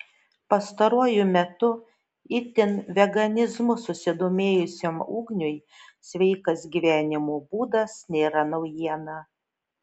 pastaruoju metu itin veganizmu susidomėjusiam ugniui sveikas gyvenimo būdas nėra naujiena